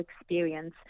experience